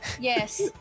Yes